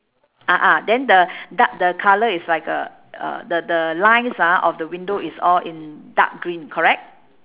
a'ah then the dark the colour is like a uh the the lines ah of the window is all in dark green correct